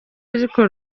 ariko